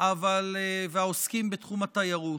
והעוסקים בתחום התיירות.